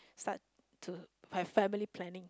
start to my family planning